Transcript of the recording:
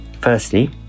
Firstly